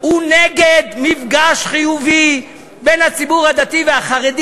הוא נגד מפגש חיובי בין הציבור הדתי והחרדי